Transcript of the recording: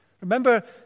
Remember